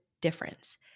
difference